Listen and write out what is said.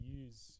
use